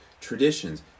traditions